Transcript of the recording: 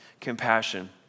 compassion